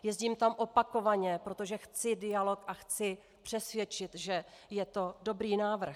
Jezdím tam opakovaně, protože chci dialog a chci přesvědčit, že je to dobrý návrh.